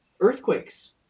Earthquakes